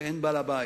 ואין בעל-הבית,